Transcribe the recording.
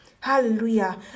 Hallelujah